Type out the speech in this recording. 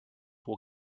will